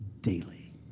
daily